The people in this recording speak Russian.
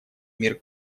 мир